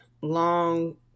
long